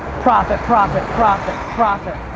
profit, profit, profit, profit,